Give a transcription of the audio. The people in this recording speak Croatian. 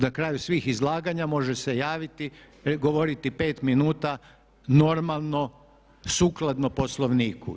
Na kraju svih izlaganja može se javiti, govoriti 5 minuta normalno sukladno Poslovniku.